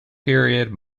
period